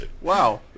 wow